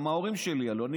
גם ההורים שלי עלו.